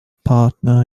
partner